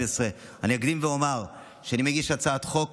12). אני אקדים ואומר שאני מגיש הצעת חוק